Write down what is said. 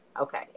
Okay